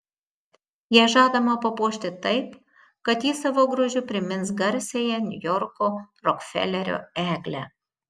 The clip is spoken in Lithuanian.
ją žadama papuošti taip kad ji savo grožiu primins garsiąją niujorko rokfelerio eglę